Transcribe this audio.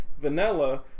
vanilla